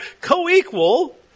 co-equal